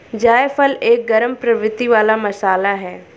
जायफल एक गरम प्रवृत्ति वाला मसाला है